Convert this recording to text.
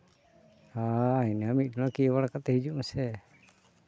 ᱦᱮᱸ ᱤᱱᱟᱹ ᱢᱤᱫ ᱰᱚᱸᱰᱮᱠ ᱤᱭᱟᱹ ᱵᱟᱲᱟ ᱠᱟᱛᱮᱫ ᱦᱤᱡᱩᱜ ᱢᱮᱥᱮ